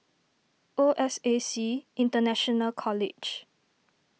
O S A C International College